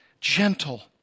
gentle